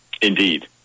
Indeed